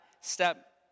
step